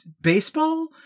baseball